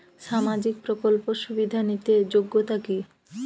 সামাজিক প্রকল্প সুবিধা নিতে যোগ্যতা কি?